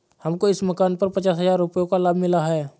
हमको इस मकान पर पचास हजार रुपयों का लाभ मिला है